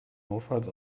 notfalls